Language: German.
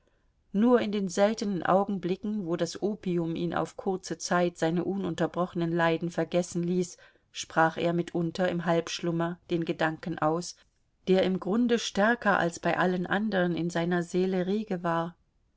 nur in den seltenen augenblicken wo das opium ihn auf kurze zeit seine ununterbrochenen leiden vergessen ließ sprach er mitunter im halbschlummer den gedanken aus der im grunde stärker als bei allen anderen in seiner seele rege war